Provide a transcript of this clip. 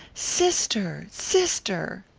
sister sister!